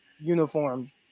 uniform